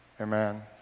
Amen